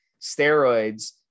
steroids